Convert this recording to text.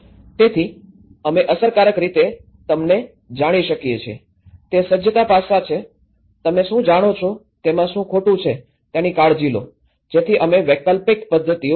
તેથી અમે અસરકારક રીતે તમને જાણી શકીએ છીએ તે સજ્જતા પાસાંઓ છે તમે શું જાણો છો તેમાં શું ખોટું થયું છે તેની કાળજી લો જેથી અમે વૈકલ્પિક પદ્ધતિઓ શોધી શકીએ